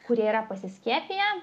kurie yra pasiskiepiję